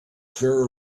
fear